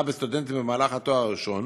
בסטודנטים במהלך לימודי התואר הראשון